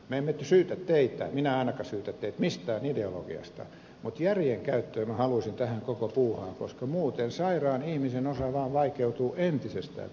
me emme syytä teitä minä ainakaan en syytä teitä mistään ideologiasta mutta järjen käyttöä minä haluaisin tähän koko puuhaan koska muuten sairaan ihmisen osa vaan vaikeutuu entisestään tässä maassa